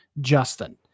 Justin